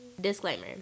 Disclaimer